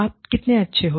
आप कितने अच्छे हो